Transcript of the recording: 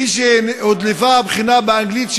כשהודלפה הבחינה באנגלית,